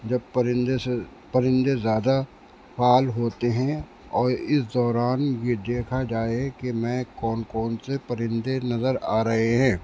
جب پرندے سے پرندے زیادہ فعال ہوتے ہیں اور اس دوران یہ دیکھا جائے کہ میں کون کون سے پرندے نظر آ رہے ہیں